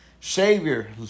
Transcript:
Savior